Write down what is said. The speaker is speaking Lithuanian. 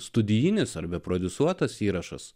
studijinis arbe prodiusuotas įrašas